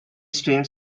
stream